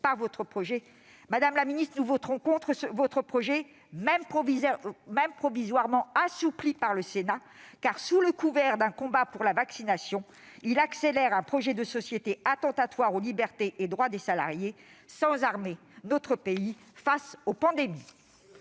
par votre projet. Madame la ministre, nous voterons contre ce texte, même provisoirement assoupli par le Sénat. Sous le couvert d'un combat pour la vaccination, il accélère en effet le développement d'un projet de société attentatoire aux libertés et aux droits des salariés, sans armer notre pays face aux pandémies.